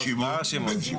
נאור, נאור.